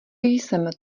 jsem